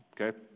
okay